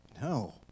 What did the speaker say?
no